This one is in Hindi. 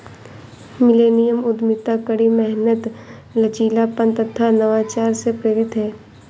मिलेनियम उद्यमिता कड़ी मेहनत, लचीलापन तथा नवाचार से प्रेरित है